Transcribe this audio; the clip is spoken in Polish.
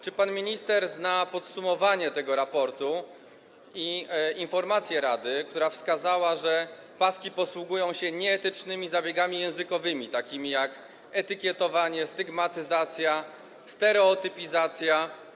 Czy pan minister zna podsumowanie tego raportu i informację rady, która wskazała, że paski posługują się nieetycznymi zabiegami językowymi, takimi jak etykietowanie, stygmatyzacja, stereotypizacja?